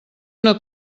una